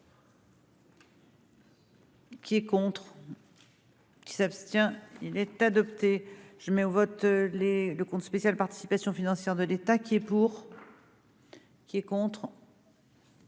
Qui est contre. Qui s'abstient, il est adopté, je mets au vote les le compte spécial participations financières de l'État qui est pour, qui est contre.